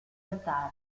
altari